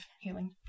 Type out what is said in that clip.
healing